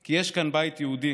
כי יש כאן בית יהודי